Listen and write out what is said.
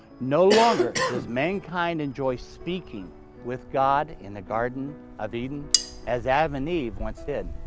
no longer does mankind enjoy speaking with god in the garden of eden as adam and eve once did.